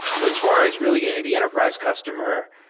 but as far as really getting to the enterprise customer,